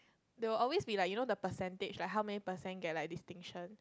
they will always be like you know the percentage like how many percent get like distinction